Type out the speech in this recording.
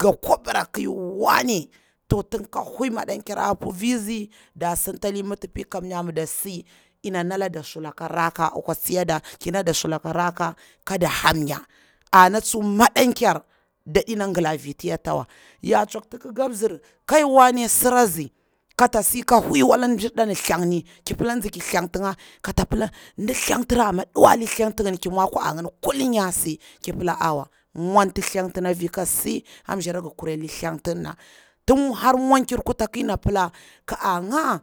ga kwa bara ƙi wanne to tin a hwui maɗonker a puri tsi da sintali mitipi kamnya midak si ina nadada sulaka rakka akwa tsiyada, ki ndada sulaka rakka kaɗa hamnya, ana tsuwa ma ɗanker da ɗena gila vinati yata wa, ya tsokti kika mzir kai wane sira nzi, te sika hwui wada mjirda on thlani, nzi ki thlentiga, kata pila ndi thentira amma ɗuwali thlenti ngini ki mwa akwa a gini kulin ki si, tin ya pila awa mwanti thlentini afi ka si abila ngi kureli thlentirna, tin har mwankir kutaki na pila ka anga